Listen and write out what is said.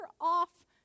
off